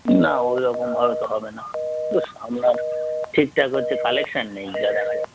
না ওই রকমভাবে তো হবে না বেশ আপনার ঠিকঠাক হচ্ছে কালেকশান নেই যা দেখা যাচ্ছে